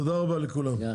תודה רבה, הישיבה נעולה.